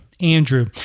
Andrew